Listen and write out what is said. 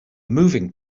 moving